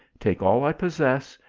take all i possess,